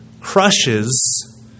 crushes